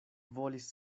volis